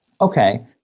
okay